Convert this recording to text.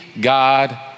God